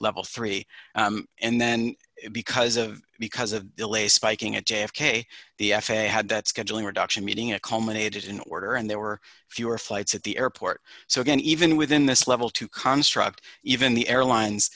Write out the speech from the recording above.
level three and then because of because of delays spiking at j f k the f a a had that scheduling reduction meeting it culminated in order and there were fewer flights at the airport so again even within this level to construct even the airlines